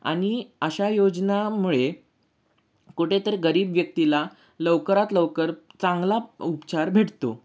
आणि अशा योजनामुळे कुठेतरी गरीब व्यक्तीला लवकरात लवकर चांगला उपचार भेटतो